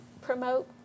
promote